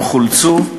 הם חולצו,